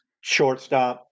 shortstop